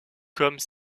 comme